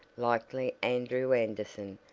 likely andrew anderson,